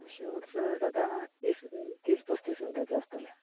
shots सादारण तीस पस्तीस मिण्टांचें आसतलें